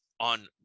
on